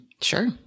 Sure